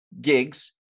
gigs